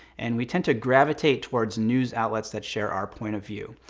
and we tend to gravitate towards news outlets that share our point of view.